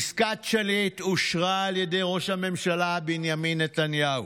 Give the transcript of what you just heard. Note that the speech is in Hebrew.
עסקת שליט אושרה על ידי ראש הממשלה בנימין נתניהו,